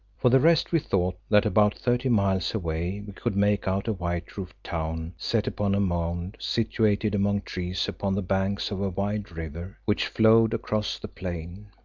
for the rest we thought that about thirty miles away we could make out a white-roofed town set upon a mound, situated among trees upon the banks of a wide river, which flowed across the plain.